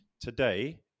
Today